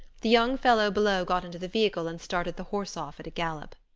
the young fellow below got into the vehicle and started the horse off at a gallop.